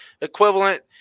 equivalent